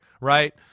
Right